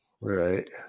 Right